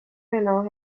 renault